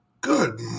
good